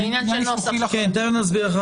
זה עניין של נוסח --- תכף נסביר איך